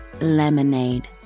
lemonade